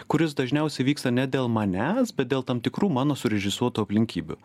kuris dažniausiai vyksta ne dėl manęs bet dėl tam tikrų mano surežisuotų aplinkybių